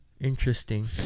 Interesting